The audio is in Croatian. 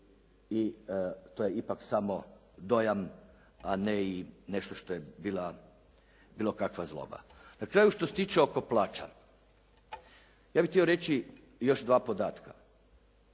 to je ipak samo dojam, a ne i nešto što je bila bilo kakva zloba. Na kraju što se tiče oko plaća ja bih htio reći još dva podatka.